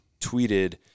Tweeted